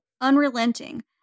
unrelenting